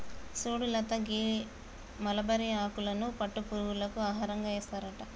సుడు లత గీ మలబరి ఆకులను పట్టు పురుగులకు ఆహారంగా ఏస్తారట